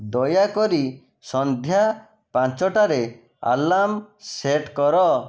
ଦୟାକରି ସନ୍ଧ୍ୟା ପାଞ୍ଚଟାରେ ଆଲାର୍ମ ସେଟ୍ କର